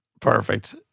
Perfect